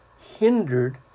hindered